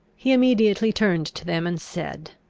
he immediately turned to them, and said